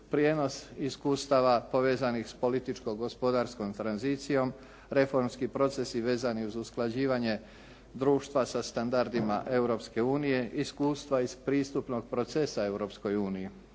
prijenos iskustava povezanih sa političko gospodarskom tranzicijom, reformski procesi vezani uz usklađivanje društva sa standardima Europske unije, iskustva iz pristupnog procesa